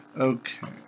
Okay